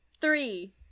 Three